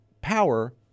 power